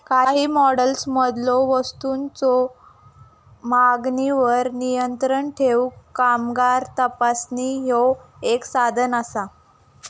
काही मॉडेल्समधलो वस्तूंच्यो मागणीवर नियंत्रण ठेवूक कामगार तपासणी ह्या एक साधन असा